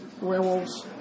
werewolves